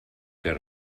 fer